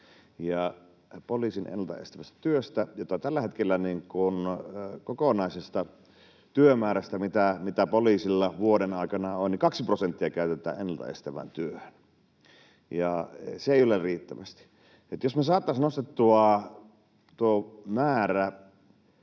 poliisin ennalta estävästä työstä. Tällä hetkellä siitä kokonaisesta työmäärästä, mikä poliisilla vuoden aikana on, 2 prosenttia käytetään ennalta estävään työhön. Se ei ole riittävästi. Jos me saataisiin nostettua tuo määrä